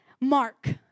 Mark